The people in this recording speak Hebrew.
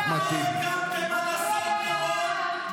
תגן על האליטות -- לא הקמתם על הצוללות.